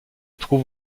trouve